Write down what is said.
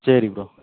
சரி ப்ரோ